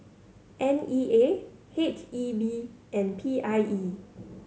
N E A H E B and P I E